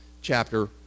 chapter